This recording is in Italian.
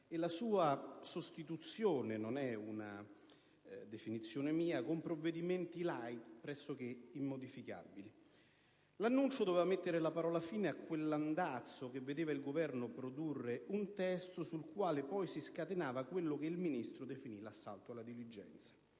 e la sua sostituzione - non è una definizione mia - con provvedimenti *light* pressoché immodificabili. L'annuncio doveva mettere la parola fine a quell'andazzo che vedeva il Governo produrre un testo sul quale poi si scatenava quello che il Ministro definì l'assalto alla diligenza.